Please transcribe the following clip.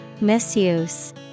Misuse